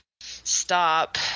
stop